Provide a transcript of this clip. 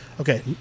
Okay